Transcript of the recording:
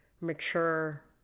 mature